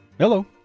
Hello